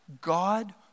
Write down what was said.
God